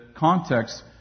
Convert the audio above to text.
Context